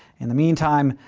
in the meantime,